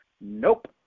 nope